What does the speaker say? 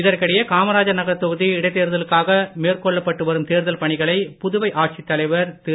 இதற்கிடையே காமராஜர் நகர் தொகுதி இடைத்தேர்தலுக்காக மேற்கொள்ளப்பட்டு வரும் தேர்தல் பணிகளை புதுவை ஆட்சித் தலைவர் திரு